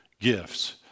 gifts